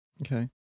Okay